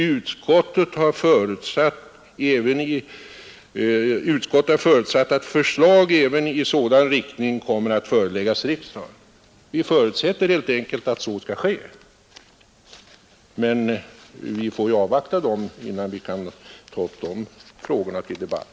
Utskottet har förutsatt att förslag även i sådan riktning kommer att föreläggas riksdagen.” Vi förutsätter helt enkelt att så skall ske, men vi får ju avvakta förslagen innan vi kan ta upp de frågorna till debatt.